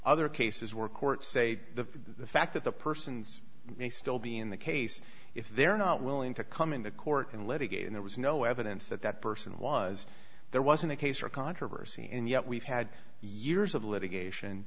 other cases where courts say the fact that the persons may still be in the case if they're not willing to come into court and litigate and there was no evidence that that person was there wasn't a case or controversy and yet we've had years of litigation